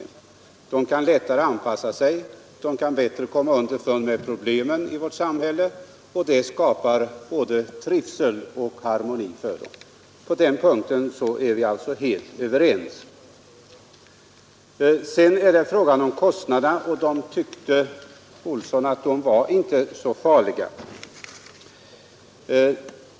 Genom en sådan kan de lättare anpassa sig och bättre komma till rätta med problemen i vårt samhälle, och det skapar både trivsel och harmoni. Sedan är det fråga om kostnaderna, som herr Olsson tyckte inte var så farliga.